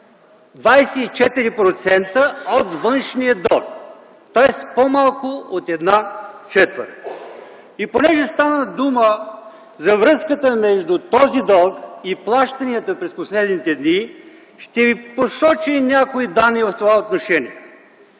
от външния дълг! Тоест по-малко от една четвърт. Понеже стана дума за връзката между този дълг и плащанията през последните дни, ще ви посоча и някои данни в това отношение.